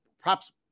props